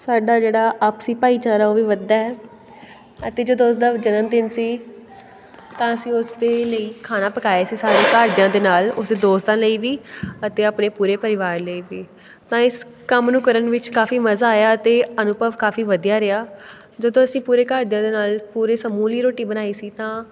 ਸਾਡਾ ਜਿਹੜਾ ਆਪਸੀ ਭਾਈਚਾਰਾ ਉਹ ਵੀ ਵੱਧਦਾ ਹੈ ਅਤੇ ਜਦੋਂ ਉਸਦਾ ਜਨਮਦਿਨ ਸੀ ਤਾਂ ਅਸੀਂ ਉਸਦੇ ਲਈ ਖਾਣਾ ਪਕਾਇਆ ਸੀ ਸਾਰੇ ਘਰਦਿਆਂ ਦੇ ਨਾਲ ਉਸਦੇ ਦੋਸਤਾਂ ਲਈ ਵੀ ਅਤੇ ਆਪਣੇ ਪੂਰੇ ਪਰਿਵਾਰ ਲਈ ਵੀ ਤਾਂ ਇਸ ਕੰਮ ਨੂੰ ਕਰਨ ਵਿੱਚ ਕਾਫੀ ਮਜ਼ਾ ਆਇਆ ਅਤੇ ਅਨੁਭਵ ਕਾਫੀ ਵਧੀਆ ਰਿਹਾ ਜਦੋਂ ਅਸੀਂ ਪੂਰੇ ਘਰਦਿਆਂ ਦੇ ਨਾਲ ਪੂਰੇ ਸਮੂਹ ਲਈ ਰੋਟੀ ਬਣਾਈ ਸੀ ਤਾਂ